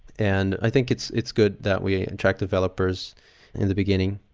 and i think it's it's good that we attract developers in the beginning.